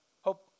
hope